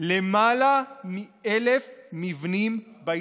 למעלה מ-1,000 מבנים בהתיישבות.